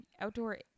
outdoor